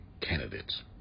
candidates